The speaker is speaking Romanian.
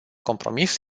compromis